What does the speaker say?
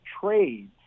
trades